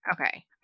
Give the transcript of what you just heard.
Okay